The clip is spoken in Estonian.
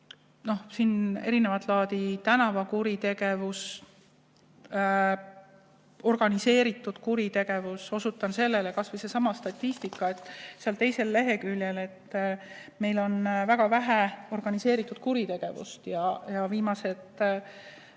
Erinevat laadi tänavakuritegevus, organiseeritud kuritegevus – osutan sellele. Kas või seesama statistika seal teisel leheküljel, et meil on väga vähe organiseeritud kuritegevust, ka viimased